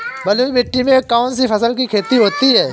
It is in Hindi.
बलुई मिट्टी में कौनसी फसल की खेती होती है?